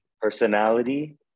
personality